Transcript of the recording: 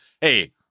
hey